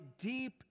deep